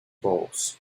bulls